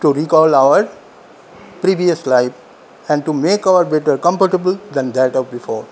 to recall our previous life and to make our better comparable than that of before